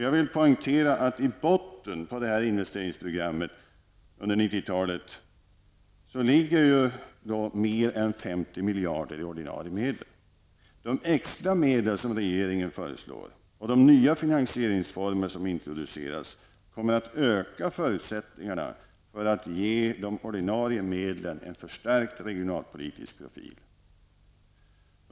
Jag vill poängtera att i botten på de investeringsprogram som skall genomföras under 1990-talet finns mer än 50 miljarder kronor i ordinarie medel. De extra medel som regeringen föreslår och de nya finansieringsformer som introduceras kommer att öka förutsättningarna för att ge de ordinarie medlen en förstärkt regionalpolitisk profil.